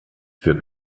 für